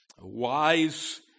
wise